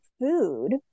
food